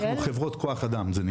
אנחנו נקראים חברות כוח אדם.